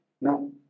No